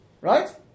Right